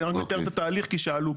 אני רק אתאר את התהליך כי שאלו פה.